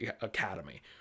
Academy